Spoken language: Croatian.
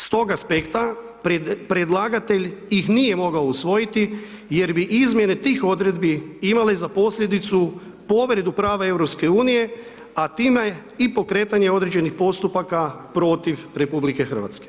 S tog aspekta predlagatelj ih nije mogao usvojiti jer bi izmjene tih odredbi imale za posljedicu povredu prava EU, a time i pokretanje određenih postupaka protiv RH.